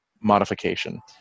modification